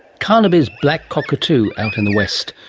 carnaby's black cockatoo, out in the west.